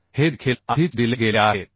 तर हे देखील आधीच दिले गेले आहेत